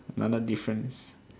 another difference